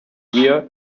year